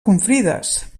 confrides